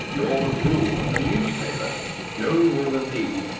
nor the rule of the newspaper no rule, indeed,